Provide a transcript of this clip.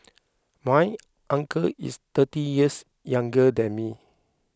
my uncle is thirty years younger than me